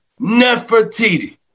Nefertiti